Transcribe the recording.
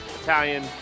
Italian